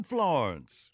Florence